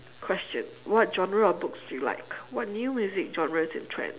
question what genre of books do you like what new music genres and trend